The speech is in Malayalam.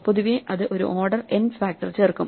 പൊതുവേ അത് ഒരു ഓർഡർ n ഫാക്ടർ ചേർക്കും